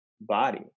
body